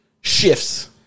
shifts